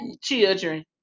children